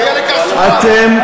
אתם,